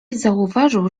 zauważył